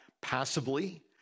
passively